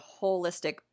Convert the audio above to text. holistic